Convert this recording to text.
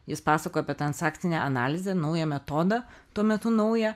jis pasakojo apie transakcinę analizę naują metodą tuo metu naują